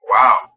wow